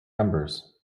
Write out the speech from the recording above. numbers